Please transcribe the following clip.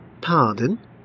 Pardon